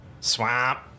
Swamp